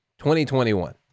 2021